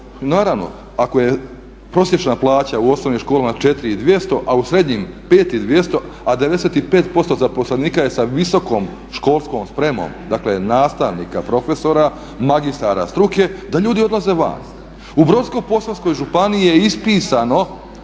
naravno ako je prosječna plaća u osnovnim školama 4200, a u srednjim 5200, a 95% zaposlenika je sa visokom školskom spremom, dakle nastavnika, profesora, magistara struke da ljudi odlaze van. U Brodsko-posavskoj županiji je ispisano,